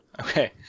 okay